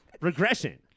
regression